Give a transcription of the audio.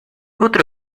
otro